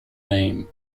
name